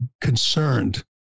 concerned